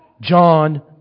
John